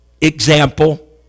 example